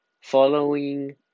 following